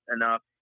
enough